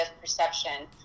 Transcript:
perception